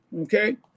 Okay